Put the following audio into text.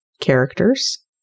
characters